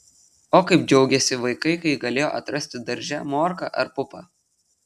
o kaip džiaugėsi vaikai kai galėjo atrasti darže morką ar pupą